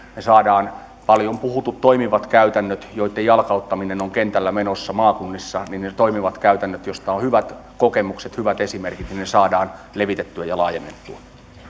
me saamme paljon puhutut toimivat käytännöt joitten jalkauttaminen on kentällä menossa maakunnissa ne toimivat käytännöt joista on hyvät kokemukset hyvät esimerkit levitettyä ja laajennettua